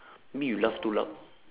maybe you laugh too loud